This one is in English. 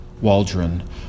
Waldron